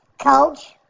Coach